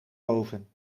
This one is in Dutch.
boven